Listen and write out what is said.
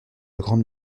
grande